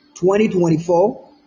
2024